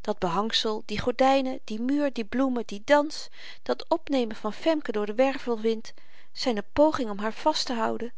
dat behangsel die gordynen die muur die bloemen die dans dat opnemen van femke door den wervelwind zyne poging om haar vasttehouden